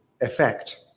effect